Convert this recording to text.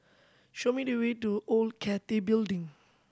show me the way to Old Cathay Building